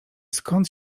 skąd